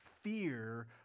fear